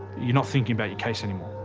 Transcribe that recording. you're not thinking about your case anymore.